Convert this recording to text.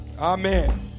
Amen